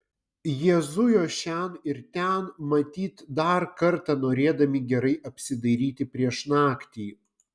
jie zujo šen ir ten matyt dar kartą norėdami gerai apsidairyti prieš naktį